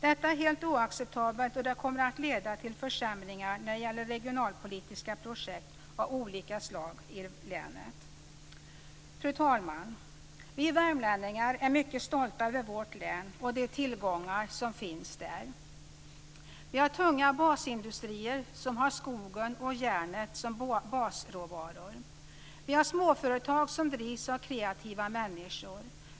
Detta är helt oacceptabelt, och det kommer att leda till försämringar när det gäller regionalpolitiska projekt av olika slag i länet. Fru talman! Vi värmlänningar är mycket stolta över vårt län och de tillgångar som finns där. Vi har tunga basindustrier som har skogen och järnet som basråvaror. Vi har småföretag som drivs av kreativa människor.